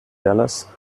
dallas